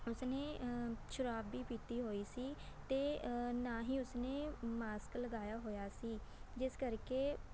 ਉਸਨੇ ਸ਼ਰਾਬ ਵੀ ਪੀਤੀ ਹੋਈ ਸੀ ਅਤੇ ਨਾ ਹੀ ਉਸਨੇ ਮਾਸਕ ਲਗਾਇਆ ਹੋਇਆ ਸੀ ਜਿਸ ਕਰਕੇ